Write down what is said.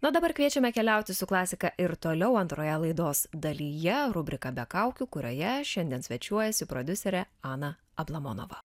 na o dabar kviečiame keliauti su klasika ir toliau antroje laidos dalyje rubrika be kaukių kurioje šiandien svečiuojasi prodiuserė ana ablamonova